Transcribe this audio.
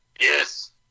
Yes